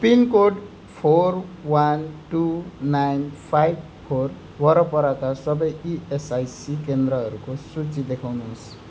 pin code four one two nine five four वरपरका सबै ESIC केन्द्रहरूको सूची देखाउनुहोस्